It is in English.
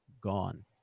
gone